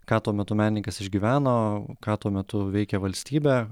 ką tuo metu menininkas išgyveno ką tuo metu veikė valstybė